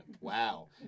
Wow